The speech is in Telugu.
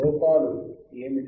లోపాలు ఏమిటి